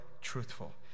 truthful